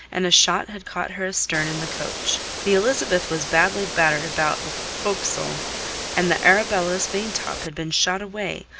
and a shot had caught her astern in the coach. the elizabeth was badly battered about the forecastle, and the arabella's maintop had been shot away,